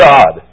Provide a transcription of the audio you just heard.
God